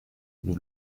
nous